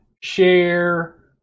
share